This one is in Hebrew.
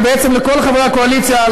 ובעצם לכל חברי הקואליציה,